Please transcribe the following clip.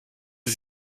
sie